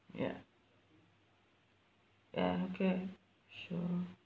ya ya okay sure